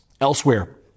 Elsewhere